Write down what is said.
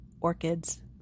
orchids